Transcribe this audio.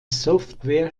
software